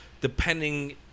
depending